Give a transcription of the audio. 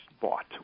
bought